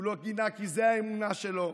הוא לא גינה כי זו האמונה שלו,